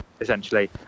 essentially